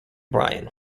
brian